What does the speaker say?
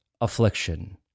affliction